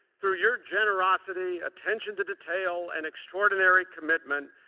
through your generosity, attention to detail and extraordinary commitment,